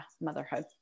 motherhood